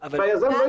היזם.